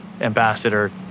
ambassador